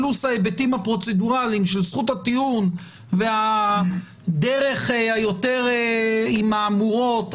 פלוס ההיבטים הפרוצדורליים של זכות הטיעון והדרך היותר עם מהמורות,